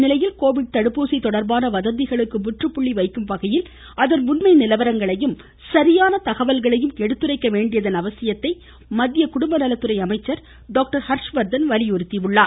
இந்நிலையில் கோவிட் தடுப்பூசி தொடர்பான வதந்திகளுக்கு முற்றுப்புள்ளி வைக்கும் வகையில் அதன் உண்மை நிலவரங்களையும் சரியான தகவல்களையும் எடுத்துரைக்க வேண்டியதன் அவசியத்தை மத்திய குடும்ப நலத்துறை அமைச்சர் டாக்டர் ஹர்ஷவர்தன் வலியுறுத்தினார்